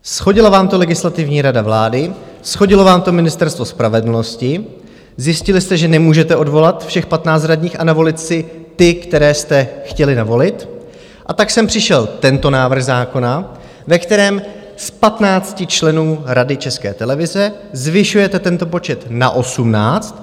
Shodila vám to Legislativní rada vlády, shodilo vám to Ministerstvo spravedlnosti, zjistili jste, že nemůžete odvolat všech 15 radních a navolit si ty, které jste chtěli navolit, a tak sem přišel tento návrh zákona, ve kterém z 15 členů Rady České televize zvyšujete tento počet na 18.